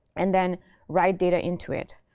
and then write data into it.